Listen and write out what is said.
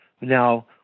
Now